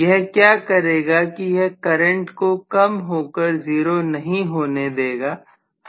यह कहेगा कि यह करंट को कम हो कर 0 नहीं होने देगा